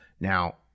Now